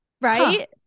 Right